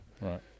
Right